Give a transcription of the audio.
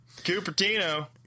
Cupertino